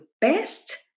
best